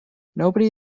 nobody